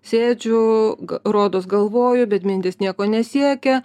sėdžiu rodos galvoju bet mintys nieko nesiekia